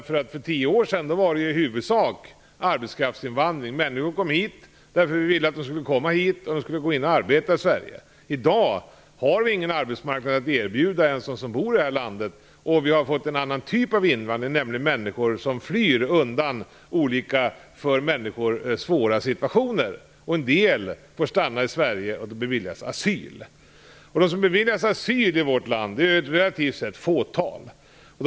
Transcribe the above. För tio år sedan var det i huvudsak en arbetskraftsinvandring. Människor kom hit, eftersom vi ville att de skulle komma hit och arbeta i Sverige. I dag har vi ingen arbetsmarknad att erbjuda ens till dem som bor här i landet. Vi har fått en annan typ av invandring. Det handlar om människor som flyr undan olika svåra situationer. En del beviljas asyl och får stanna i Sverige. Det är relativt få som beviljas asyl.